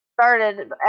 Started